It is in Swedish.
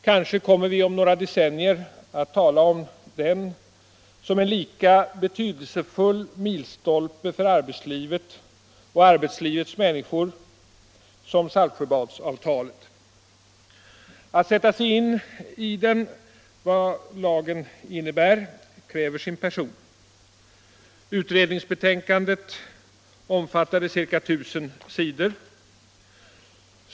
Kanske kommer vi om några decennier att tala om den som en lika betydelsefull milstolpe för arbetslivet och arbetslivets människor som Saltsjöbadsavtalet. Att sätta sig in i vad lagen innebär kräver sin person. Utredningsbetänkandet omfattade ca 1 000 sidor.